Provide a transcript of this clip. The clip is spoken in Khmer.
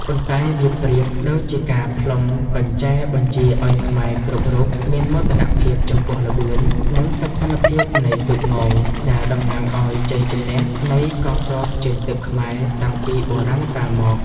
ប៉ុន្តែវាប្រៀបដូចជាការផ្លុំកញ្ចែបញ្ជាឱ្យខ្មែរគ្រប់រូបមានមោទនភាពចំពោះល្បឿន និងសោភ័ណភាពនៃទូកង ដែលតំណាងឱ្យជ័យជំនះនៃកងទ័ពជើងទឹកខ្មែរតាំងពីបុរាណកាលមក។